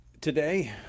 today